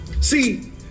See